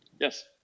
Yes